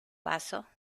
paso